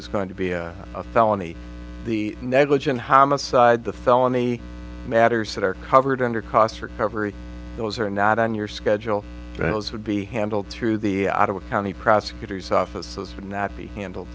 is going to be a felony the negligent aside the felony matters that are covered under cost recovery those are not on your schedule and those would be handled through the county prosecutor's offices would not be handled